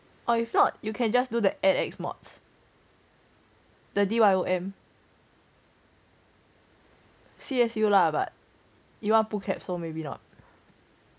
or if not you can just do the mods the D_Y_O_M C_S_U lah but you want pull CAP so maybe not